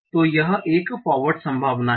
तो यह एक फॉरवर्ड संभावना है